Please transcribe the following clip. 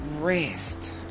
rest